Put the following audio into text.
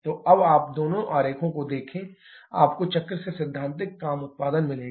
तो अब आप दोनों आरेखों को देखें आपको चक्र से सैद्धांतिक काम उत्पादन मिलेगा